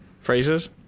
Phrases